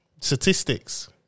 Statistics